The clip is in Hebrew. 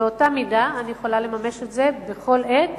באותה מידה אני יכולה לממש את זה בכל עת